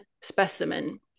specimen